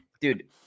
Dude